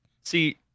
See